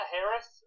Harris